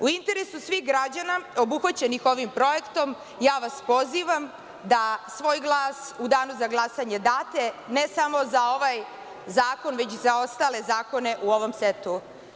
U interesu svih građana obuhvaćenih ovih projektom, pozivam vas da svoj glas u danu za glasanje date ne samo za ovaj zakon, već i za ostale zakone u ovom setu.